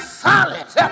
solid